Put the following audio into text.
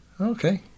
Okay